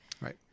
Right